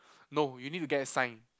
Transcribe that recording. no you need to get it signed